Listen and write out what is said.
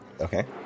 Okay